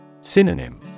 Synonym